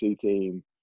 team